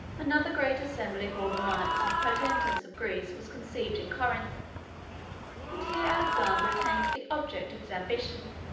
another great assembly of all the monarchs and potentates of greece was convened in corinth and here alexander attained the object of his ambition,